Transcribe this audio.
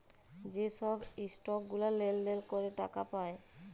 যে ছব ইসটক গুলা লেলদেল ক্যরে টাকা পায়